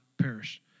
perish